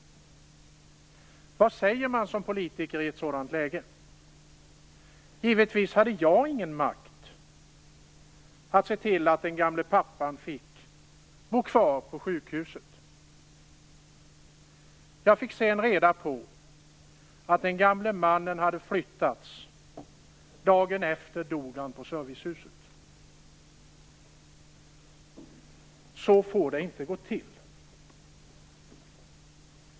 Vad säger man som politiker i ett sådant läge? Givetvis hade jag ingen makt att se till att den gamle pappan fick vara kvar på sjukhuset. Jag fick sedan reda på att den gamle mannen hade flyttats. Dagen efter dog han på servicehuset. Så får det inte gå till.